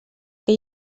que